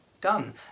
done